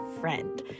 friend